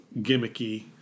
gimmicky